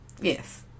yes